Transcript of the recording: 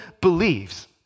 believes